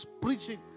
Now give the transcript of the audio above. preaching